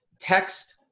text